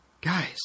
guys